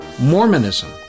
Mormonism